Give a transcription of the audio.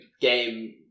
game